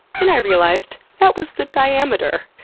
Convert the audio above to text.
then i realized that was the diameter.